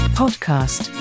podcast